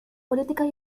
políticas